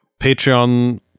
Patreon